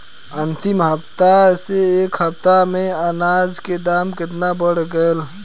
अंतिम हफ्ता से ए हफ्ता मे अनाज के दाम केतना बढ़ गएल?